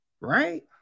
right